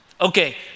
Okay